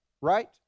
right